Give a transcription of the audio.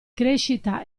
crescita